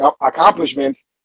accomplishments